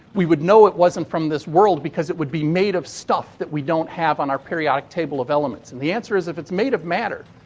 we would know it wasn't from this world because it would be made of stuff that we don't have on our periodic table of elements. and the answer is, if it's made of matter,